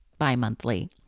bimonthly